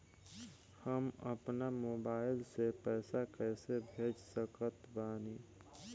हम अपना मोबाइल से पैसा कैसे भेज सकत बानी?